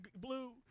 blue